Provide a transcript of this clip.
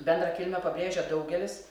bendrą kilmę pabrėžia daugelis